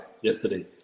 yesterday